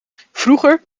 vroeger